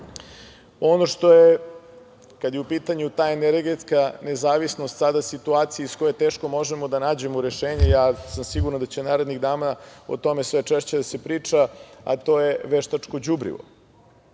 što je, kada je u pitanju ta energetska nezavisnost, sada situacija iz koje teško možemo da nađemo rešenje, ja sam siguran da će narednih dana o tome sve češće da se priča, a to je veštačko đubrivo.